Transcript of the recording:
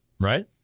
Right